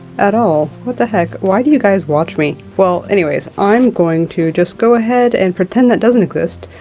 at all. what the heck, why do you guys watch me? well, anyways, i'm going to just go ahead and pretend that doesn't exist.